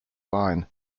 line